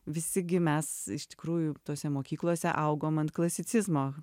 visi gi mes iš tikrųjų tose mokyklose augom ant klasicizmo